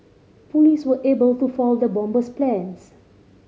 police were able to foil the bomber's plans